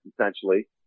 essentially